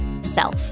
self